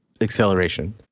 acceleration